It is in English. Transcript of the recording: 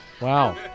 Wow